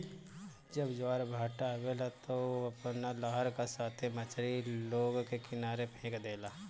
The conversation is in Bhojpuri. जब ज्वारभाटा आवेला त उ अपना लहर का साथे मछरी लोग के किनारे फेक देला